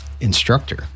instructor